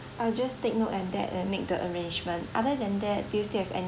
I'll just take note and that and make the arrangement other than that do you still have any